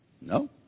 No